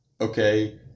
okay